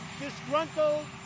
disgruntled